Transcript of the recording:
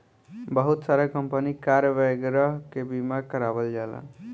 बहुत सारा company car वगैरह के बीमा करावल जाला